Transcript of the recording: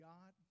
God